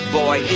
boy